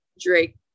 Drake